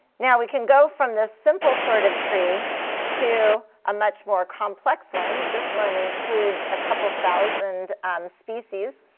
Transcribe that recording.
now, we can go from this simple sort of tree to a much more complex one. this one includes a couple thousand species.